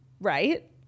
right